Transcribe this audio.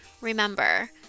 Remember